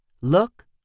Look